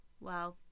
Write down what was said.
Wow